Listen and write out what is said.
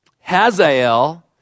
Hazael